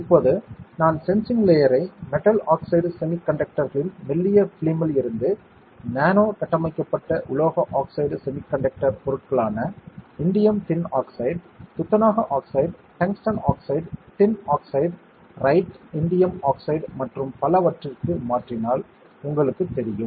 இப்போது நான் sensing layer ஐ மெட்டல் ஆக்சைடு செமி கண்டக்டர்களின் மெல்லிய பிலிமில் இருந்து நானோ கட்டமைக்கப்பட்ட உலோக ஆக்சைடு செமி கண்டக்டர் பொருட்களான இண்டியம் டின் ஆக்சைடு துத்தநாக oxide tungsten oxide tin oxide right indium oxide மற்றும் பலவற்றிற்கு மாற்றினால் உங்களுக்குத் தெரியும்